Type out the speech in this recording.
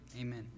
Amen